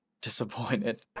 disappointed